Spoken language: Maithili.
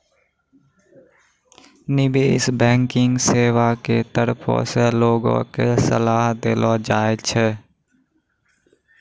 निबेश बैंकिग सेबा के तरफो से लोगो के सलाहो देलो जाय छै